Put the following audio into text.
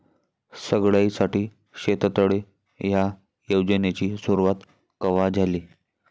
सगळ्याइसाठी शेततळे ह्या योजनेची सुरुवात कवा झाली?